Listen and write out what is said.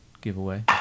giveaway